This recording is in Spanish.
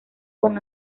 con